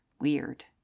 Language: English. weird